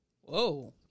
Whoa